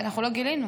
אנחנו לא גילינו.